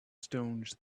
stones